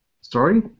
Sorry